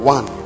One